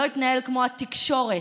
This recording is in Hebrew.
לא אתנהל כמו התקשורת,